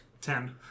Ten